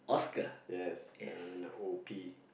yes and I mean the O P